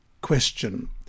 Question